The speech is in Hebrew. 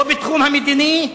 לא בתחום המדיני,